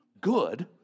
good